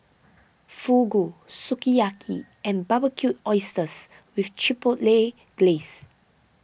Fugu Sukiyaki and Barbecued Oysters with Chipotle Glaze